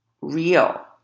real